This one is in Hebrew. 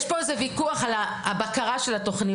יש פה ויכוח על הבקרה של התוכניות.